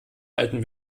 alten